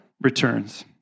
returns